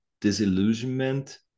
disillusionment